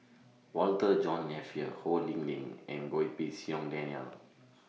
Walter John Napier Ho Lee Ling and Goh Pei Siong Daniel